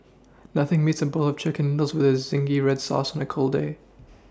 nothing beats a bowl of chicken noodles with zingy red sauce on a cold day